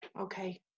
Okay